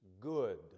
good